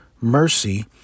mercy